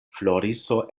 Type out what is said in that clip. floriso